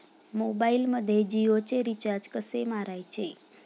मोबाइलमध्ये जियोचे रिचार्ज कसे मारायचे?